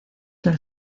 del